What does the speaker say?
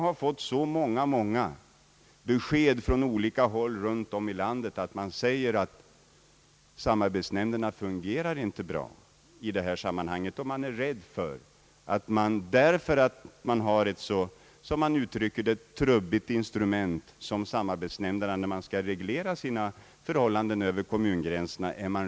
Man är i många kommuner rädd för att bli efter i samplaneringen inom kommunblocken, därför att man har ett så trubbigt instrument som samarbetsnämnderna; man når inte de resultat man önskar nå.